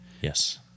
Yes